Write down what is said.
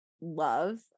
love